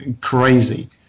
crazy